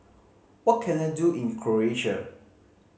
what can I do in Croatia